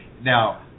Now